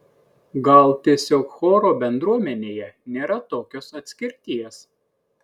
gal tiesiog choro bendruomenėje nėra tokios atskirties